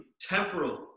temporal